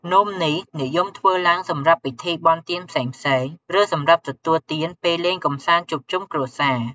នំនេះនិយមធ្វើឡើងសម្រាប់ពិធីបុណ្យទានផ្សេងៗ ឬសម្រាប់ទទួលទានពេលលេងកម្សាន្តជួបជុំគ្រួសារ។